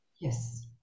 Yes